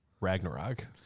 Ragnarok